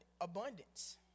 abundance